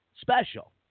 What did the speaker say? special